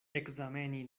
ekzameni